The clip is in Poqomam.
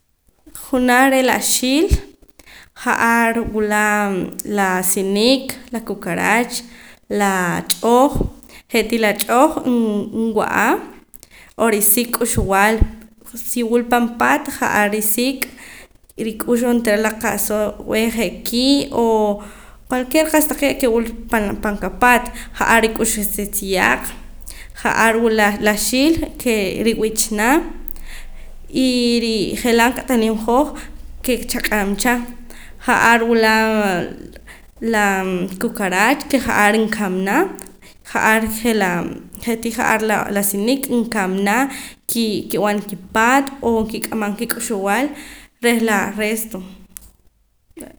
Junaj re' la xi'l ja'ar wula laa la sinik la kukarach la ch'oj je'tii la ch'oj nwa'a oorisik' k'uxb'al si wul pan paat ja'ar risik' rik'ux onteera la qa'sa b'eh ke' ki' o cualquier qa'sa taqee' ke wula pan qapaat ja'ar rik'ux sa tziyaq ja'ar wula la xi'l ke rib'ich na y je'laa t'aliim hoj ke chaq'ab' cha ja'ar wula la laa kukarach ke ja'ar nkamana ja'ar je' laa je'tii ja'ar la sinik nkamana ki kib'an kipaat o kik'amam ka kik'uxb'al reh la resto